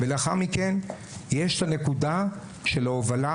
ולאחר מכן יש הנקודה של ההובלה,